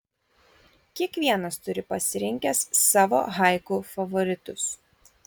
kiekvienas turi pasirinkęs savo haiku favoritus